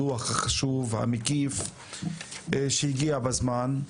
הדוח החשוב והמקיף שהגיע בזמן.